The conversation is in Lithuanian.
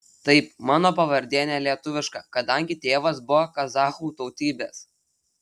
taip mano pavardė ne lietuviška kadangi tėvas buvo kazachų tautybės